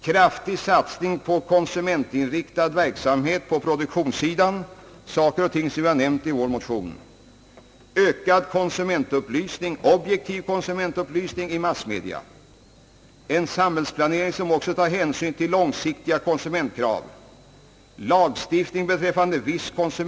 Kraftig satsning på konsumentinriktad verksamhet på produktionssidan — en sak som vi har nämnt i vår motion. En samhällsplanering som också tar hänsyn till långsiktiga konsumentkrav.